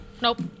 Nope